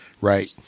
right